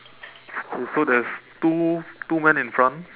okay so there's two two man in front